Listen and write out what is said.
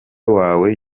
wawe